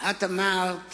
אמרת